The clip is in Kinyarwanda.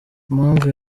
impamvu